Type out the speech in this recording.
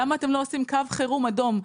למה אתם לא עושים קו חירום אדום?